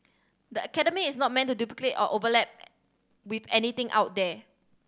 the academy is not meant to duplicate or overlap with anything out there